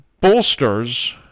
Bolsters